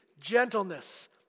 gentleness